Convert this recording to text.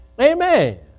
Amen